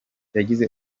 yagize